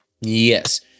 Yes